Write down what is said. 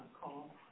call